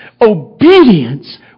Obedience